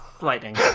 Lightning